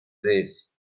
days